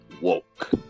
woke